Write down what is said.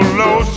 low